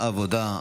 העבודה,